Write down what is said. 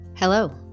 Hello